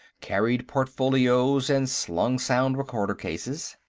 carried portfolios and slung sound-recorder cases.